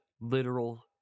literal